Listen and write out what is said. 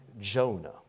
Jonah